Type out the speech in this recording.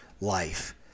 life